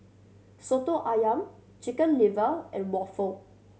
Soto Ayam Chicken Liver and waffle